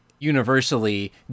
Universally